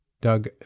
Doug